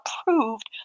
approved